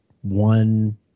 one